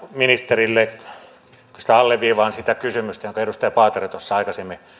ministerille oikeastaan alleviivaan sitä kysymystä jonka edustaja paatero tuossa aikaisemmin